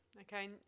Okay